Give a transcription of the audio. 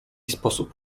sposób